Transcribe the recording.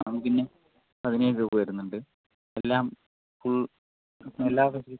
ആ പിന്നെ പതിനേഴ് രൂപ വരുന്നണ്ട് എല്ലാം ഫുൾ എല്ലാം വരും